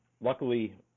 luckily